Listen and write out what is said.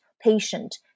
patient